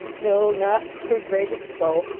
no not to her greatest foe,